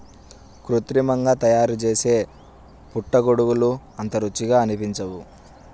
కృత్రిమంగా తయారుచేసే పుట్టగొడుగులు అంత రుచిగా అనిపించవు